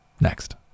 next